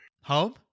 Home